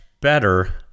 better